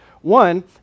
One